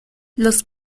los